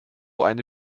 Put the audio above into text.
eine